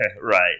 Right